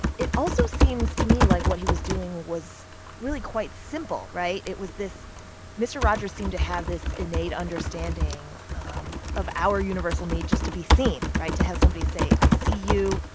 it also seems to me like what he was doing was really quite simple, right? it was this mister rogers seemed to have this innate understanding um of our universal need just to be seen right? to have somebody say, i see you.